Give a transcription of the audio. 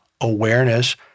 awareness